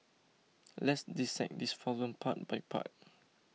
let's dissect this problem part by part